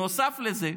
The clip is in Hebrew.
נוסף לזה,